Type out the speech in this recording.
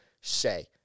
say